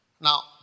Now